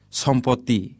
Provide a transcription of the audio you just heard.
sompoti